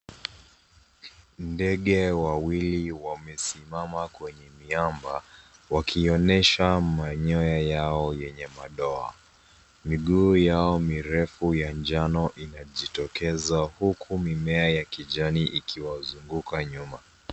Ndege wawili wamesimama kwenye miamba, wakionyesha manyoya yao yenye madoa. Miguu yao mirefu ya njano inajitokeza huku mimea ya kijani ikiwazunguka nyuma.